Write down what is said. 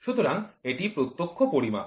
সুতরাং এটি প্রত্যক্ষ পরিমাপ